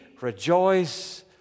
rejoice